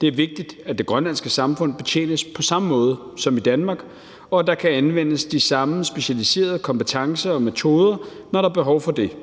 Det er vigtigt, at det grønlandske samfund betjenes på samme måde som Danmark, og at der kan anvendes de samme specialiserede kompetencer og metoder, når der er behov for det.